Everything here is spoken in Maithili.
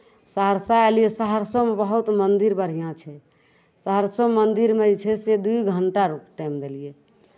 सहरसा एलियै सहरसोमे बहुत मन्दिर बढ़िआँ छै सहरसो मन्दिरमे जे छै से दुइ घण्टा रुकि टाइम देलियै